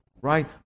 Right